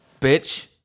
bitch